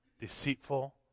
deceitful